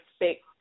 expect